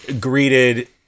greeted